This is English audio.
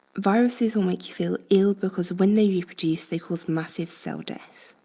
viruses will make you feel ill because when they reproduce, they cause massive cell death.